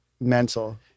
mental